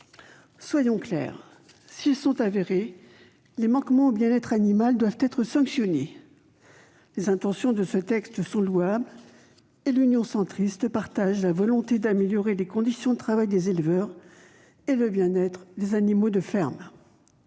Soyons clairs : s'ils sont avérés, les manquements au bien-être animal doivent être sanctionnés. Les intentions de ce texte sont louables, et l'Union Centriste partage la volonté d'améliorer les conditions de travail des éleveurs et le bien-être des animaux de ferme.